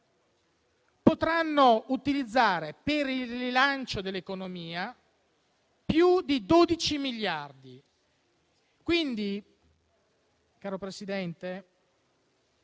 potranno utilizzare, per il rilancio dell'economia, più di dodici miliardi. Signor Presidente,